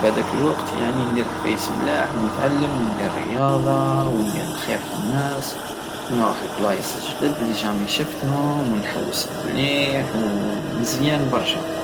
في هداك الوقت يعني ندير عفايس ملاح ونتعلم وندير رياضة وندير الخير في الناس ونروح لبلايص جدد لي جامي شفتهم ونحوس مليح ونزيان برشى